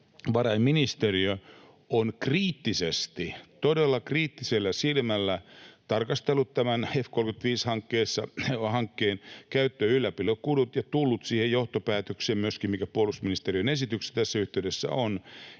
valtiovarainministeriö on kriittisesti, todella kriittisellä silmällä, tarkastellut tämän F-35‑hankkeen käyttö- ja ylläpitokulut ja tullut siihen johtopäätökseen, mikä myöskin puolustusministeriön esityksessä tässä yhteydessä on,